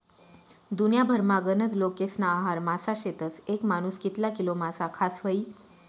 दुन्याभरमा गनज लोकेस्ना आहार मासा शेतस, येक मानूस कितला किलो मासा खास व्हयी?